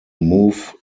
move